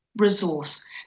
Resource